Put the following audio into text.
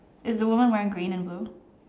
is the woman wearing green and blue